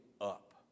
up